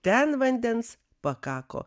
ten vandens pakako